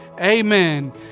Amen